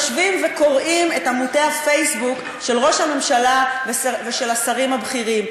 יושבים וקוראים את עמודי הפייסבוק של ראש הממשלה ושל השרים הבכירים?